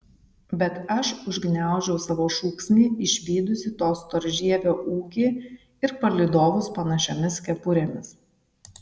bet aš užgniaužiu savo šūksnį išvydusi to storžievio ūgį ir palydovus panašiomis kepurėmis